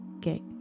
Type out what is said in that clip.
gig